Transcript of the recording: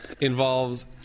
involves